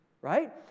right